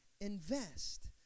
invest